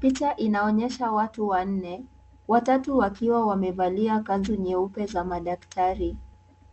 Picha inaonyesha watu wanne, watatu wakiwa wamevalia kanzu nyeupe za madaktari